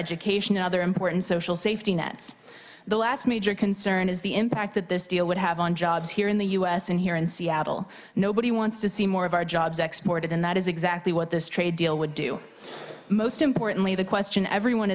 education and other important social safety nets the last major concern is the impact that this deal would have on jobs here in the u s and here in seattle nobody wants to see more of our jobs exported and that is exactly what this trade deal would do most importantly the question everyone